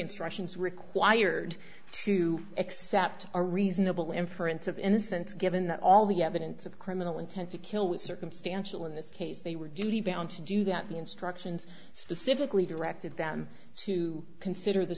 instructions required to accept a reasonable inference of innocence given that all the evidence of criminal intent to kill was circumstantial in this case they were duty bound to do that the instructions specifically directed them to consider the